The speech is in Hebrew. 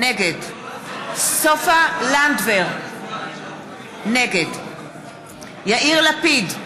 נגד סופה לנדבר, נגד יאיר לפיד,